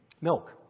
Milk